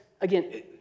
again